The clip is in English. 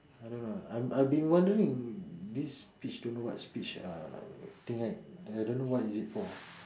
I don't know I I have been wondering this speech don't know what speech uh thing right I don't know what is it for